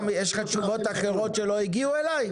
יש לך תשובות אחרות שלא הגיעו אליי?